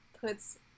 puts